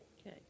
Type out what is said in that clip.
Okay